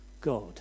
God